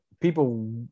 People